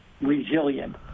resilient